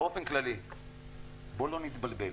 בואו לא נתבלבל